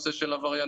נושא של עבריינות,